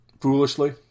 Foolishly